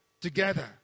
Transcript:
together